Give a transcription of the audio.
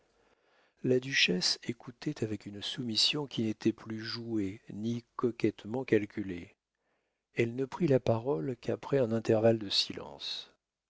la duchesse écoutait avec une soumission qui n'était plus jouée ni coquettement calculée elle ne prit la parole qu'après un intervalle de silence